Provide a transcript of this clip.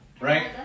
Right